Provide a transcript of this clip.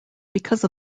because